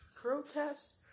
protest